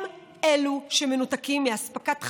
הם אלו שמנותקים מאספקת חשמל,